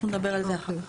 אנחנו נדבר על זה אחרי זה.